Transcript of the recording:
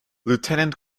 lieutenant